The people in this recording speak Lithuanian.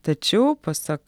tačiau pasak